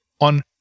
on